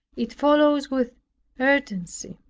it follows with ardency.